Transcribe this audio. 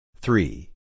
Three